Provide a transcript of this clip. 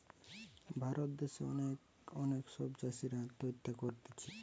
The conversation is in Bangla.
ভারত দ্যাশে অনেক অনেক সব চাষীরা আত্মহত্যা করতিছে